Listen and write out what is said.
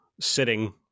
sitting